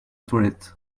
toilette